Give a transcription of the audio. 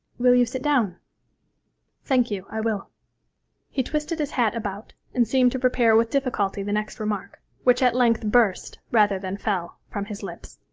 will you sit down thank you, i will he twisted his hat about, and seemed to prepare with difficulty the next remark, which at length burst, rather than fell, from his lips.